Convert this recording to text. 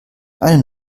eine